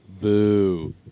Boo